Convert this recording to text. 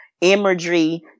imagery